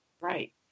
Right